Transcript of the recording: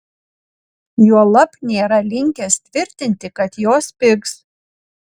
juolab nėra linkęs tvirtinti kad jos pigs